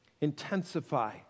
Intensify